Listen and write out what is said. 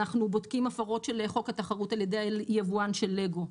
אנחנו בודקים הפרות של חוק התחרות על ידי היבואן של לגו.